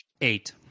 Eight